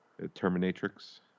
Terminatrix